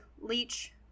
leech